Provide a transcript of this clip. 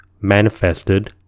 manifested